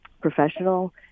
professional